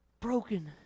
Broken